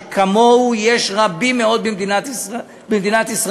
שכמוהו יש רבים מאוד במדינת ישראל,